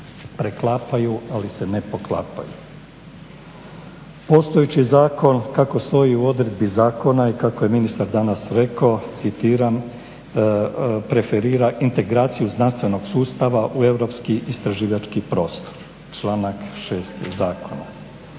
preklapaju, ali se ne poklapaju. Postojeći zakon kako stoji u odredbi zakona i kako je ministar danas rekao, citiram: "Preferira integraciju znanstvenog sustava u europski istraživački prostor.", članak 6. zakona.